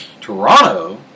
Toronto